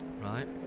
Right